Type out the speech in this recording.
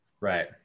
Right